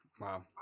Wow